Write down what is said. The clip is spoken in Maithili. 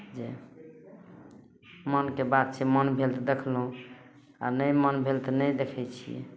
जे मनके बात छै मन भेल तऽ देखलहुँ आ नहि मन भेल तऽ नहि देखैत छियै